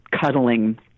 cuddling